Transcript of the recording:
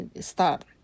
start